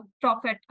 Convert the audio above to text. profit